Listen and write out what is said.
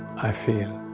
i feel,